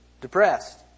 depressed